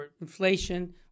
inflation